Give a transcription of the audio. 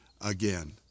again